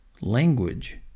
Language